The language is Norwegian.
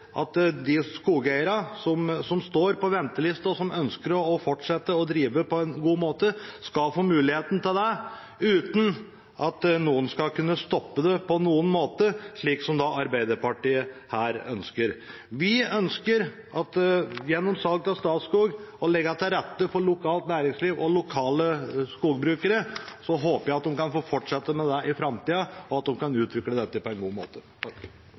at de skogeierne som står på venteliste, og som ønsker å fortsette å drive på en god måte, skal få muligheten til det uten at noen skal kunne stoppe det på noen måte, slik som Arbeiderpartiet her ønsker. Vi ønsker gjennom salg av Statskog å legge til rette for lokalt næringsliv og lokale skogbrukere. Så håper jeg at de kan få fortsette med det i framtiden, og at de kan utvikle dette på en god måte.